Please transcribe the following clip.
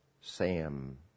Sam